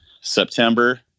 September